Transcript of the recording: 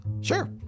Sure